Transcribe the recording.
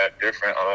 different